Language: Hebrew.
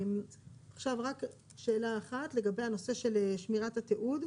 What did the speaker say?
עכשיו רק שאלה אחת לגבי הנושא של שמירת התיעוד,